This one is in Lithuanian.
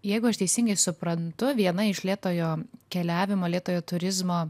jeigu aš teisingai suprantu viena iš lėtojo keliavimo lėtojo turizmo